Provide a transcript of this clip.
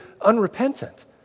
unrepentant